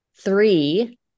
Three